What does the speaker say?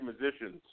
musicians